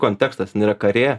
kontekstas jinai yra karė